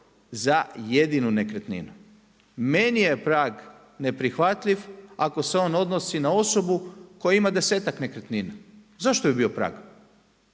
za jedinu nekretninu. Meni je prag neprihvatljiv ako se on odnosi na osobu koja ima desetak nekretnina. Zašto bi bio prag?